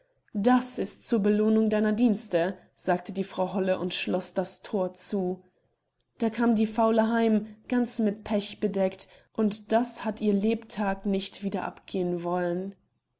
das ist zur belohnung deiner dienste sagte die frau holle und schloß das thor zu da kam die faule heim ganz mit pech bedeckt und das hat ihr lebtag nicht wieder abgehen wollen